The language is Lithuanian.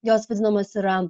jos vadinamos yra